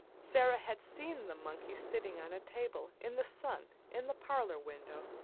sara had seen the monkey sitting on a table, in the sun, in the parlor window,